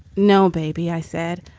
no, baby, i said.